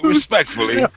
Respectfully